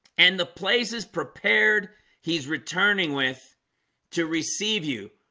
and the place is prepared he's returning with to receive you.